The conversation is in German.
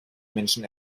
menschen